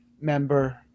member